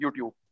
YouTube